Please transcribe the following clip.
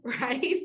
right